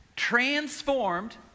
transformed